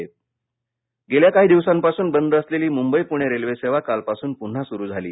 railway गेल्या काही दिवसांपासून बंद असलेली मुंबई पूणे रेल्वे सेवा कालपासून पुन्हा सुरू झाली